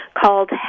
called